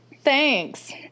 thanks